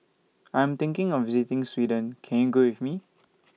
I'm thinking of visiting Sweden Can YOU Go with Me